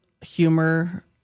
humor